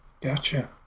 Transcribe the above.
Gotcha